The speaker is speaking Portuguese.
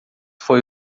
foi